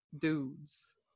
dudes